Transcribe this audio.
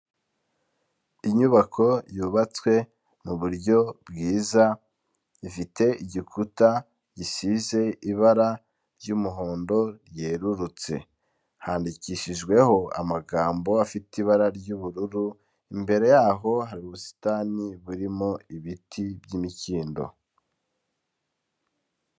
Inyubako yubatswe mu buryo bwiza ifite igikuta gisize ibara ry'umuhondo ryerurutse, handikishijweho amagambo afite ibara ry'ubururu, imbere y'aho hari ubusitani burimo ibiti by'imikindo.